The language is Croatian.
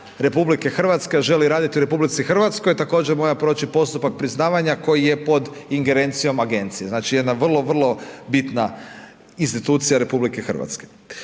RH, a želi raditi u RH, također mora proći postupak priznavanja koji je pod ingerencijom agencije, znači jedna vrlo, vrlo bitna institucija RH.